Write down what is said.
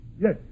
Yes